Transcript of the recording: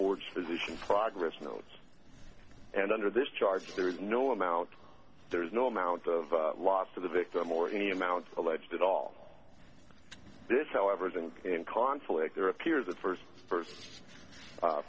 words physician progress notes and under this charge there is no amount there is no amount of loss to the victim or any amount alleged at all this however isn't in conflict there appears at first first